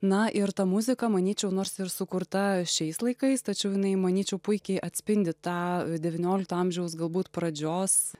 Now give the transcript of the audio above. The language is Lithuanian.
na ir ta muzika manyčiau nors ir sukurta šiais laikais tačiau jinai manyčiau puikiai atspindi tą devyniolikto amžiaus galbūt pradžios